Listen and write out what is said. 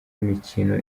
imikino